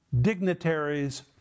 dignitaries